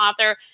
author